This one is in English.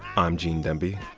i'm gene demby.